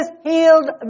healed